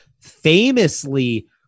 famously